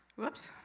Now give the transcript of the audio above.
whoops!